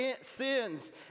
sins